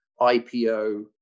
IPO